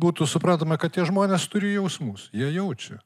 būtų suprantama kad tie žmonės turi jausmus jie jaučia